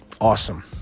awesome